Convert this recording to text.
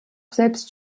selbst